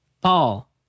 Paul